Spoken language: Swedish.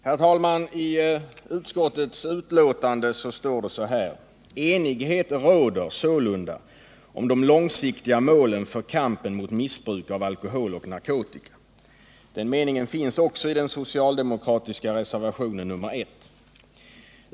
Herr talman! I utskottets betänkande heter det: ”Enighet råder sålunda om de långsiktiga målen för kampen mot missbruk av alkohol och narkotika.” Den meningen finns också i den socialdemokratiska reservationen 1.